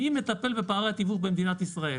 מי מטפל בפערי התיווך במדינת ישראל?